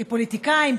כפוליטיקאים,